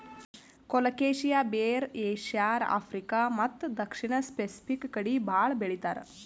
colocasia ಬೇರ್ Asia, Africa ಮತ್ತ್ ದಕ್ಷಿಣ್ ಸ್ಪೆಸಿಫಿಕ್ ಕಡಿ ಭಾಳ್ ಬೆಳಿತಾರ್